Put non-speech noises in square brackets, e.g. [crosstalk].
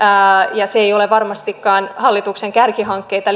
ja se ei ole varmastikaan hallituksen kärkihankkeita [unintelligible]